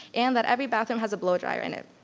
and that every bathroom has a blow dryer in it.